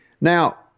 Now